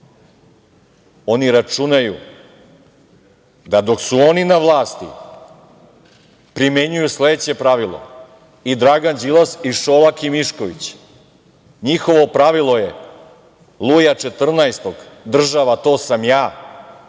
računaju da dok su oni na vlasti primenjuju sledeće pravilo, i Dragan Đilas i Šolak i Mišković. NJihovo pravilo je Luja XIV: „Država, to sam ja“.